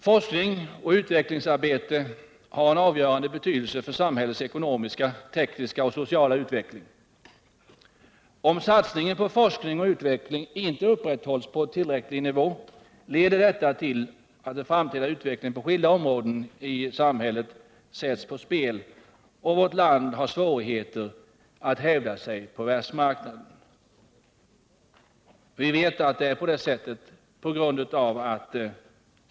Forskning och utvecklingsarbete har en avgörande betydelse för samhällets ekonomiska, tekniska och sociala utveckling. Om satsningen på forskning och utveckling inte upprätthålls på en tillräcklig nivå, leder detta till att den framtida utvecklingen på skilda områden i samhället sätts på spel och vårt land får svårigheter att hävda sig på världsmarknaden. Vi vet att det är så.